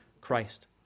Christ